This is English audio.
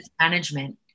management